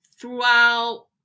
throughout